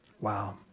Wow